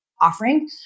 offering